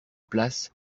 place